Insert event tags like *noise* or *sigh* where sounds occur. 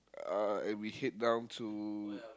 uh and we head down to *noise*